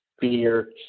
fear